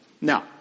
Now